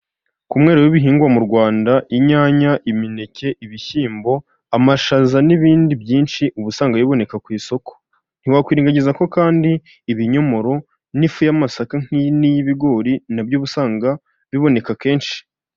Ku mwero w'ibihingwa mu Rwanda inyanya imineke ibishyimbo amashaza n'ibindi byinshi uba usanga biboneka ku isoko ntiwakwirengagiza ko kandi ibinyomoro n'ifu y'amasaka n'iy'ibigori nabyo usanga biboneka kenshi.